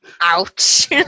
Ouch